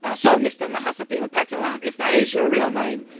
ah so, mr. nahasapeemapetilon, if that is your real name,